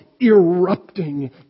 erupting